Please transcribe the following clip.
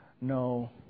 No